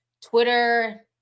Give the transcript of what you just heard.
Twitter